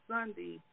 Sunday